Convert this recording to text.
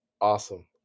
Awesome